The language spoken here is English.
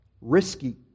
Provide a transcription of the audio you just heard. risky